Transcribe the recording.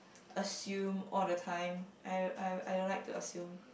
assume all the time I I I don't like to assume